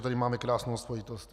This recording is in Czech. Tady máme krásnou spojitost.